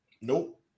Nope